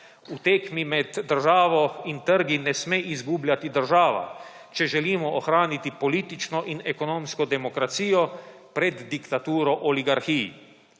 V tekmi med državo in trgi ne sme izgubljati država, če želimo ohraniti politično in ekonomsko demokracijo pred diktaturo oligarhij.